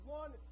one